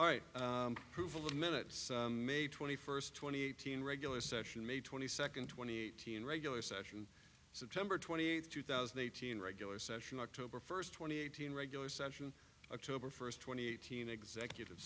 all right proveable minutes may twenty first twenty eighteen regular session may twenty second twenty eighty and regular session september twenty eighth two thousand eighteen regular session october first twenty eight hundred regular session october first twenty eighteen executive